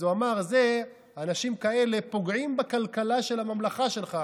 אז הוא אמר: אנשים כאלה פוגעים בכלכלה של הממלכה שלך,